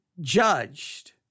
judged